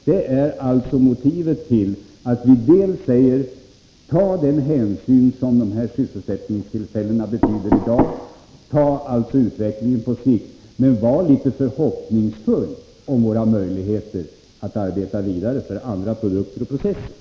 Det är motivet till att vi säger att man skall ta den hänsyn som de sysselsättningstillfällen vi i dag har kräver och se på utvecklingen på sikt. Men var litet förhoppningsfull om våra möjligheter att arbeta vidare för andra produkter och processer!